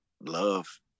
love